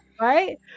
right